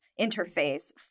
interface